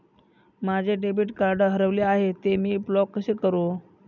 माझे debit card हरविले आहे, ते मी ब्लॉक कसे करु?